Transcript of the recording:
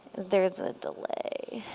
there's a delay